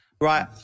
Right